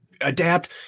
adapt